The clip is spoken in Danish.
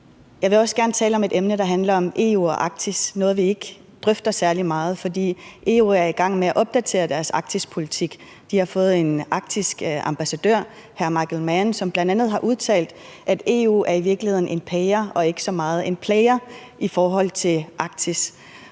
Jeg vil også gerne tale om et emne, der handler om EU og Arktis – noget, vi ikke drøfter særlig meget. EU er i gang med at opdatere deres Arktispolitik, og de har fået en arktisk ambassadør, hr. Michael Mann, som bl.a. har udtalt, at EU i virkeligheden er en payer og ikke så meget en player i forhold til Arktis.